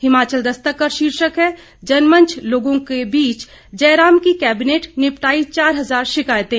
हिमाचल दस्तक का शीर्षक है जन मंच लोगों के बीच जयराम की कैबिनेट निपटाई चार हजार शिकायतें